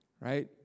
Right